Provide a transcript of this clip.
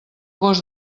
gos